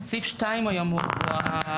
סעיף (2) הוא ההרשעה.